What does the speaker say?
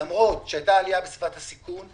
למרות שהייתה עלייה בסביבת הסיכון,